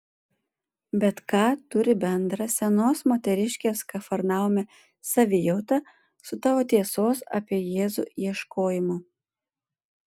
bet ką turi bendra senos moteriškės kafarnaume savijauta su tavo tiesos apie jėzų ieškojimu